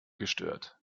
gestört